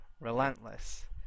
Relentless